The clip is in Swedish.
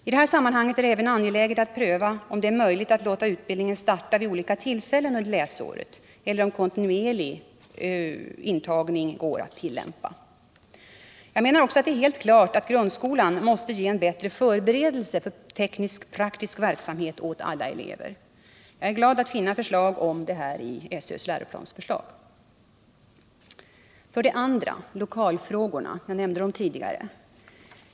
I detta sammanhang är det även angeläget att pröva om det är möjligt att låta utbildningen starta vid olika tillfällen under läsåret eller om kontinuerlig intagning går att tillämpa. Jag menar också att det är helt klart att grundskolan måste ge en bättre förberedelse för teknisk-praktisk verksamhet åt alla elever. Jag är glad att finna förslag om detta i SÖ:s läroplansförslag. 2. Lokalfrågorna nämnde jag tidigare.